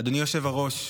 אדוני היושב-ראש,